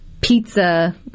pizza